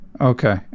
okay